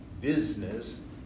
business